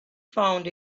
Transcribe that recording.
found